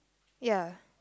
ya